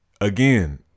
again